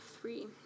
three